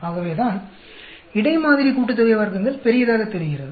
ஆகவேதான் இடை மாதிரி கூட்டுத்தொகை வர்க்கங்கள் பெரியதாக தெரிகிறது